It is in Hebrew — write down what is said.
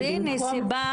אז הנה סיבה,